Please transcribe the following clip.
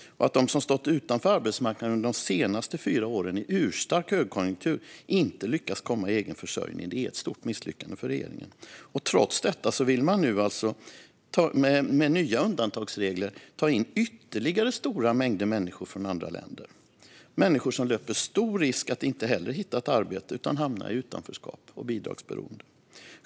Att de som stått utanför arbetsmarknaden under de senaste fyra åren, i urstark högkonjunktur, inte lyckats komma i egen försörjning är ett stort misslyckande för regeringen. Trots detta vill man nu med nya undantagsregler ta in ytterligare stora mängder människor från andra länder, människor som löper stor risk att inte heller hitta ett arbete utan hamna i utanförskap och bidragsberoende.